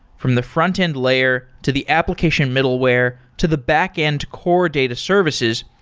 from the front-end layer to the application middleware to the backend core data services,